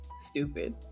Stupid